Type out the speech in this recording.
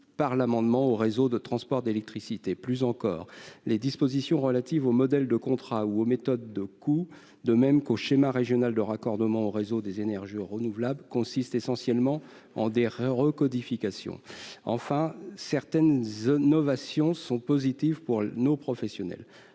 par l'amendement au réseau de transport d'électricité. Plus encore, les dispositions relatives au modèle de contrat ou aux méthodes de coûts, de même qu'au schéma régional de raccordement au réseau des énergies renouvelables, consistent essentiellement en des recodifications. Enfin, certaines novations sont positives pour nos professionnels